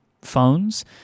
phones